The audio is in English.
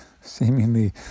seemingly